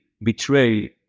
betray